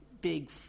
big